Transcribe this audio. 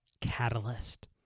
catalyst